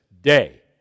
day